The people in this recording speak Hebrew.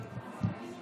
תודה.